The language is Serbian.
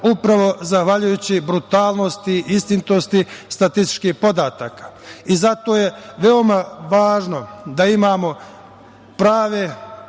upravo zahvaljujući brutalnosti i istinitosti statističkih podataka. Zato je veoma važno da imamo prave